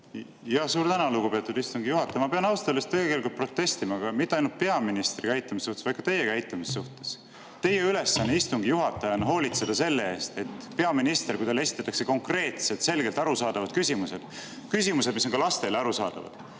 Suur tänu, lugupeetud istungi juhataja! Ma pean ausalt öeldes tegelikult protestima mitte ainult peaministri käitumise suhtes, vaid ka teie käitumise suhtes. Teie ülesanne istungi juhatajana on hoolitseda selle eest, et peaminister, kui talle esitatakse konkreetsed, selgelt arusaadavad küsimused, küsimused, mis on ka lastele arusaadavad,